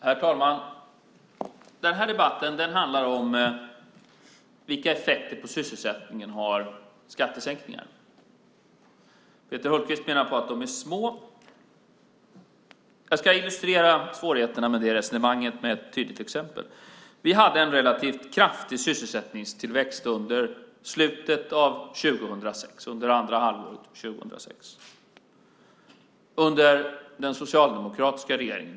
Herr talman! Den här debatten handlar om vilka effekter skattesänkningar har på sysselsättningen. Peter Hultqvist menar att de är små. Jag ska illustrera svårigheterna med det resonemanget med ett tydligt exempel. Vi hade en relativt kraftig sysselsättningstillväxt under andra halvåret 2006 under den socialdemokratiska regeringen.